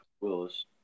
Willis